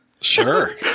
Sure